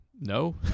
No